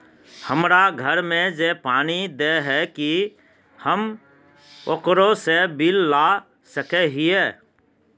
हमरा घर में जे पानी दे है की हम ओकरो से बिल ला सके हिये?